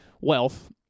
wealth